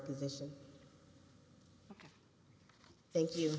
position thank you